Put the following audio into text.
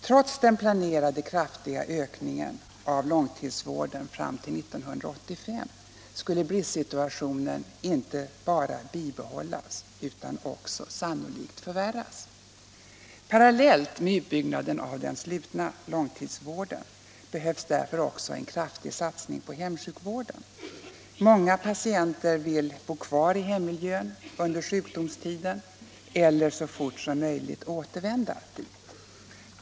Trots den planerade kraftiga ökningen av långtidsvården fram till år 1985 skulle bristsituationen inte bara bibehållas utan sannolikt förvärras. Parallellt med utbyggnaden av den slutna långtidsvården behövs därför också en kraftig satsning på hemsjukvården. Många patienter vill bo kvar i hemmiljön under sjukdomstiden, eller så fort som möjligt återvända dit.